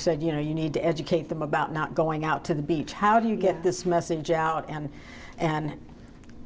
said you know you need to educate them about not going out to the beach how do you get this message out and and